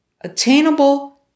attainable